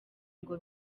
ngo